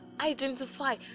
identify